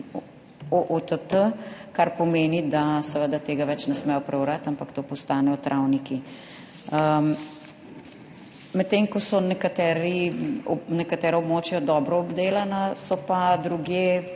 OOTT, kar pomeni, da seveda tega več ne smejo prebrati, ampak to postanejo travniki. Med tem, ko so nekateri nekatera območja dobro obdelana, so pa drugje,